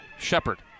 Shepard